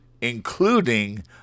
including